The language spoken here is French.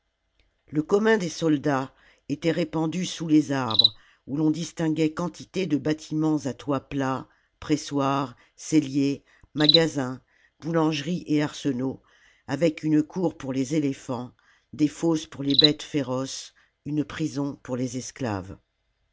le commun des soldats était répandu sous les arbres oij l'on distinguait quantité de bâtiments à toit plat pressoirs celhers magasins boulangeries et arsenaux avec une cour pour les éléphants des fosses pour les bêtes féroces une prison pour les esclaves